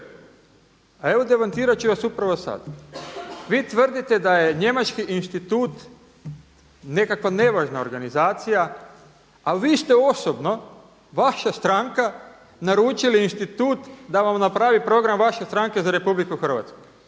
A evo demantirat ću vas upravo sad. Vi tvrdite da je njemački institut nekakva nevažna organizacija, ali vi ste osobno, vaša stranka naručili institut da vam napravi program vaše stranke za Republiku Hrvatsku.